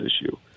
issue